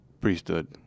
priesthood